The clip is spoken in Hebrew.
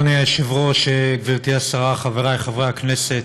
אדוני היושב-ראש, גברתי השרה, חברי חברי הכנסת,